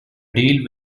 deal